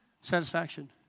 Satisfaction